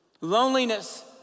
Loneliness